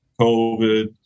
COVID